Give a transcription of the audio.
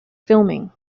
filming